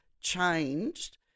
changed